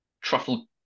truffle